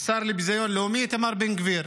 השר לביזיון לאומי איתמר בן גביר,